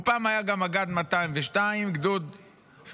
הוא פעם היה גם מג"ד 202. הוא